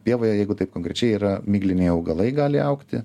pievoje jeigu taip konkrečiai yra migliniai augalai gali augti